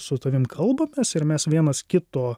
su tavim kalbamės ir mes vienas kito